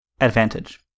advantage